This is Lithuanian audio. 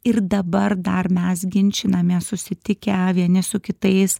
ir dabar dar mes ginčinamės susitikę vieni su kitais